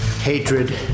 hatred